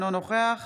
אינו נוכח